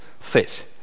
fit